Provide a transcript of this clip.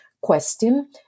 question